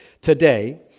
today